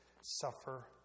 suffer